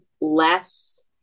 less